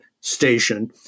station